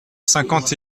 cinquante